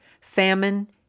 Famine